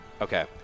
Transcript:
Okay